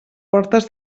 portes